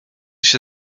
się